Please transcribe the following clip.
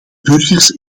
burgers